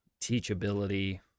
teachability